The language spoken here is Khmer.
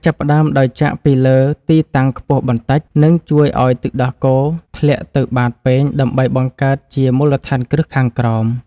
ចាប់ផ្តើមដោយចាក់ពីលើទីតាំងខ្ពស់បន្តិច នឹងជួយឱ្យទឹកដោះគោធ្លាក់ទៅបាតពែងដើម្បីបង្កើតជាមូលដ្ឋានគ្រឹះខាងក្រោម។